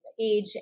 age